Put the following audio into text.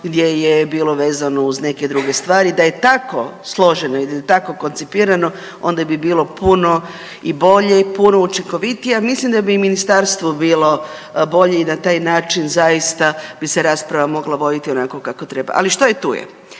gdje je bilo vezano uz neke druge stvari. Da je tako složeno i da je tako koncipirano onda bi bilo puno i bolje i puno učinkovitija. Ja mislim da bi i ministarstvo bilo bolje i na taj način zaista bi se rasprava mogla voditi onako kako treba. Ali što je tu je.